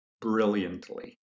brilliantly